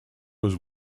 was